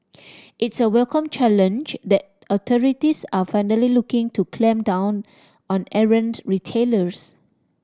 it's a welcome challenge that authorities are finally looking to clamp down on errant retailers